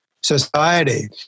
society